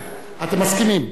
אתם מסכימים.